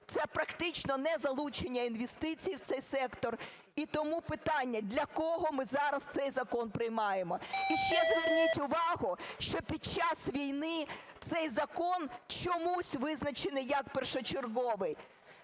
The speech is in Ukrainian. це практично незалучення інвестицій в цей сектор. І тому питання: для кого ми зараз цей закон приймаємо? Ще зверніть увагу, що під час війни цей закон чомусь визначений як першочерговий.